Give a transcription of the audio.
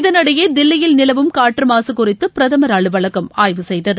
இதனிடையே தில்லியில் நிலவும் காற்று மாசு குறித்து பிரதமர் அலுவலகம் ஆய்வு செய்தது